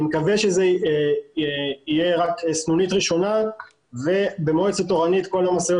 אני מקווה שזו תהיה סנונית ראשונה ובמועצת אורנית כל המשאיות